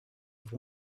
have